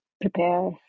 prepare